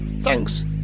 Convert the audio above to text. thanks